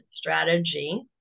strategy